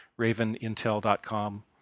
ravenintel.com